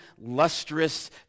lustrous